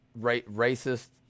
racist